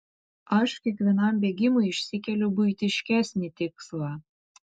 aš kiekvienam bėgimui išsikeliu buitiškesnį tikslą